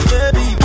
Baby